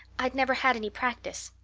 i'd never had any practice.